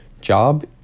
job